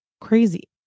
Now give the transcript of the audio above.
crazy